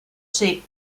ser